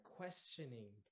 questioning